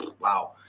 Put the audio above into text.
wow